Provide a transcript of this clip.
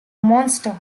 monster